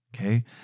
okay